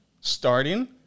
starting